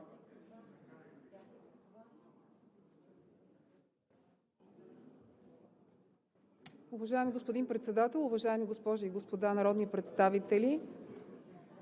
Уважаеми господин Председател, уважаеми госпожи и господа народни представители!